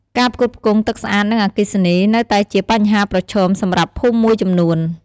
ការផ្គត់ផ្គង់ ទឹកស្អាត និងអគ្គិសនី នៅតែជាបញ្ហាប្រឈមសម្រាប់ភូមិមួយចំនួន។